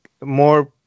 more